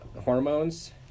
hormones